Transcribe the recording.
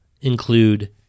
include